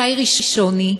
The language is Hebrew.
שי ראשוני,